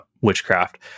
witchcraft